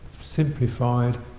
simplified